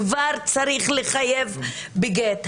כבר צריך לחייב בגט?